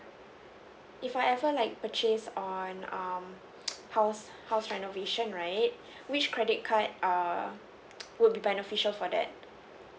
if I ever like purchase on um house house renovation right which credit card err would be beneficial for that